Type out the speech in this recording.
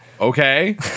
Okay